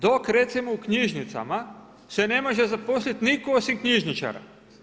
Dok recimo u knjižnicama se ne može zaposliti nitko osim knjižničara.